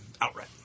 outright